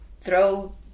throw